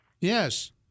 Yes